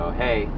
hey